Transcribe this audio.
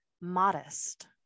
modest